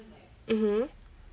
mmhmm